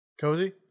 Cozy